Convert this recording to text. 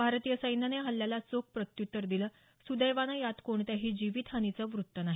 भारतीय सैन्यानं या हल्ल्याला चोख प्रत्युत्तर दिलं सुदैवानं यात कोणत्याही जीवित हानीचं वृत्त नाही